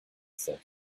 said